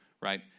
right